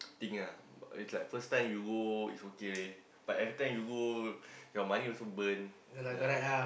thing ah but it's like first time you go is okay but every time you go your money also burn ya